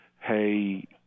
hey